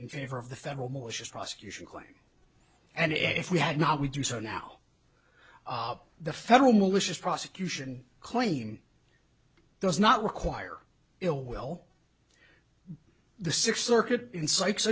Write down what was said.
in favor of the federal malicious prosecution claim and if we had not we do so now the federal malicious prosecution claim does not require ill will the sixth circuit insights